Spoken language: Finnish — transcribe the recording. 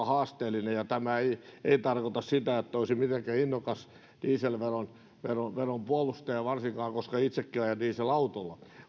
haasteellista tämä ei ei tarkoita sitä että olisin mitenkään innokas dieselveron puolustaja varsinkaan koska itsekin ajan dieselautolla